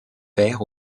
père